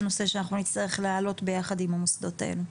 זה נושא שאנחנו נצטרך להעלות ביחד עם המוסדות האלה.